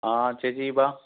ആ ചേച്ചി വാ